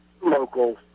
local